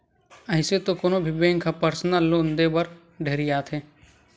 अइसे तो कोनो भी बेंक ह परसनल लोन देय बर ढेरियाथे